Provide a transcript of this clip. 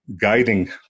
guiding